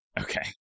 Okay